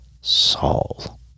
Saul